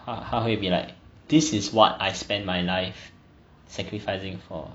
他他会 be like this is what I spent my life sacrificing for